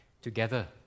together